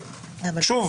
שוב,